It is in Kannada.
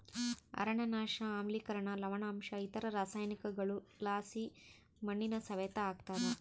ಅರಣ್ಯನಾಶ ಆಮ್ಲಿಕರಣ ಲವಣಾಂಶ ಇತರ ರಾಸಾಯನಿಕಗುಳುಲಾಸಿ ಮಣ್ಣಿನ ಸವೆತ ಆಗ್ತಾದ